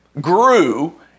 grew